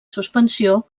suspensió